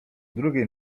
drugiej